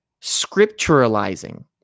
scripturalizing